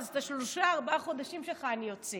אז בשלושה-ארבעה חודשים שלך אני אוציא